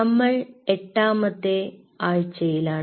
നമ്മൾ എട്ടാമത്തെ ആഴ്ചയിലാണ്